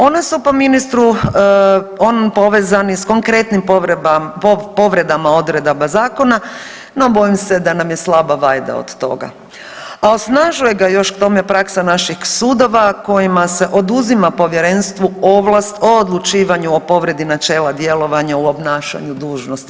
One su po ministru povezani s konkretnim povredama odredaba zakona, no bojim se da nam je slaba vajda od toga, a osnažuje ga još k tome praksa naših sudova kojima se oduzima povjerenstvu ovlast o odlučivanju o povredi načela djelovanja u obnašanju dužnosti.